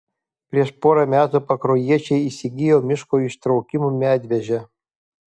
prieš pora metų pakruojiečiai įsigijo miško ištraukimo medvežę